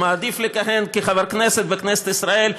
הוא מעדיף לכהן כחבר כנסת בכנסת ישראל,